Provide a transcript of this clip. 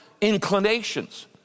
inclinations